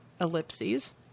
ellipses